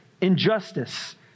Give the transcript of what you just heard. injustice